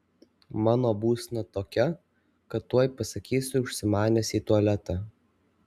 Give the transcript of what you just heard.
mano būsena tokia kad tuoj pasakysiu užsimanęs į tualetą